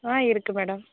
ஆ இருக்கு மேடம்